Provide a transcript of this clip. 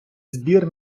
збір